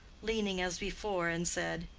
leaning as before, and said,